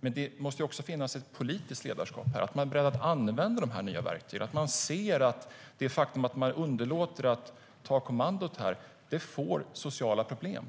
Men det måste också finnas ett politiskt ledarskap här, att man är beredd att använda de nya verktygen och ser att det faktum att man underlåter att ta kommandot här leder till sociala problem